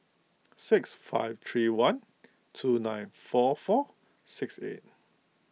six five three one two nine four four six eight